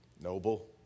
noble